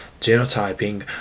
Genotyping